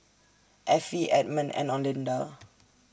Affie Edmon and Olinda